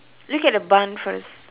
look the barn first